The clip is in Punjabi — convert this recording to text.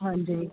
ਹਾਂਜੀ